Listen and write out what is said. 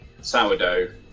sourdough